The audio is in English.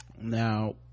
Now